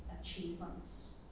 achievements